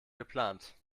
geplant